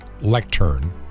lectern